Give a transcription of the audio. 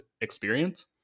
experience